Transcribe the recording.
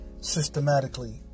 systematically